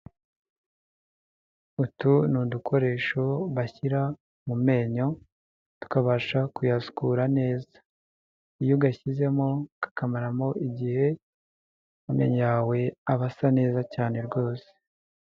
Utu ni udukoresho bashyira mu menyo, tukabasha kuyasukura neza, iyo ugashyizemo kakamaramo igihe amenyo yawe aba asa neza cyane rwose.